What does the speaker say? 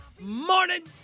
morning